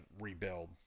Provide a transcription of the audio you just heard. rebuild